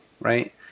right